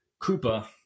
Koopa